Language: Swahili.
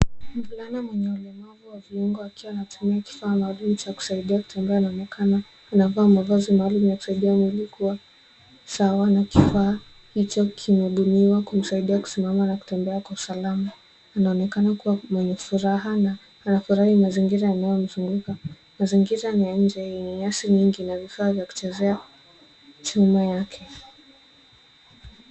Mvulana mwenye ulemavu wa viungo akiwa anatumia kifaa maalum cha kusaidia kutembea anaonekana amevaa mavazi maalum ya kusaidia mwili kuwa sawa na kifaa hicho kimebuniwa kumsaidia kusimama na kutembea kwa usalama. Anaonekana kuwa mwenye furaha na anafurahi mazingira yanayomzunguka. Mazingira ni ya nje yenye nyasi nyingi na vifaa vya kuchezea nyuma yake.